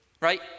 right